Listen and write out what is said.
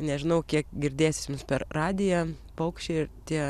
nežinau kiek girdėsis jums per radiją paukščiai tie